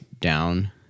down